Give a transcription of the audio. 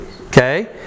Okay